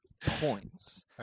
points